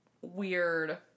weird